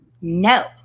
No